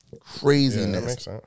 Craziness